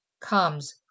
comes